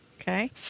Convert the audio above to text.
Okay